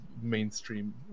mainstream